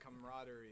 camaraderie